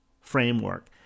framework